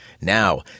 Now